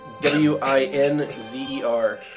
W-I-N-Z-E-R